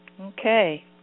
Okay